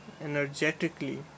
energetically